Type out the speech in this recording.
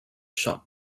shot